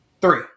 Three